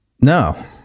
No